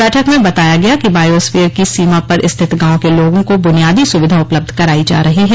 बैठक में बताया गया कि बायोस्फीयर की सीमा पर स्थित गांव के लोगों को बुनियादी सुविधा उपलब्ध कराई जा रही है